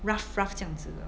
rough rough 这样子的